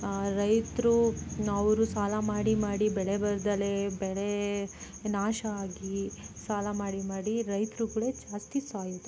ರೈತ್ರು ಅವರು ಸಾಲ ಮಾಡಿ ಮಾಡಿ ಬೆಳೆ ಬರದೆಲೇ ಬೆಳೆ ನಾಶ ಆಗಿ ಸಾಲ ಮಾಡಿ ಮಾಡಿ ರೈತರುಗಳೇ ಕೂಡ ಜಾಸ್ತಿ ಸಾಯೋದು